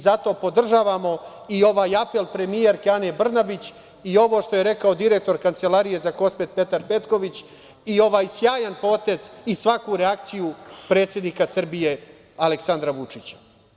Zato podržavamo i ovaj apel premijerke Ane Brnabić i ovo što je rekao direktor Kancelarije za Kosovo i Metohiju, Petar Petković i ovaj sjajan potez i svaku reakciju predsednika Srbije, Aleksandra Vučića.